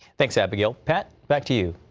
thanks, abigail. pat, back to you.